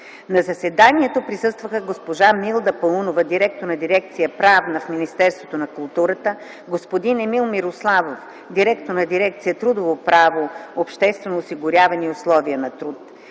На заседанието присъстваха госпожа Милда Паунова – директор на дирекция „Правна” в Министерството на културата, господин Емил Мирославов – директор на дирекция „Трудово право, обществено осигуряване и условия на труд”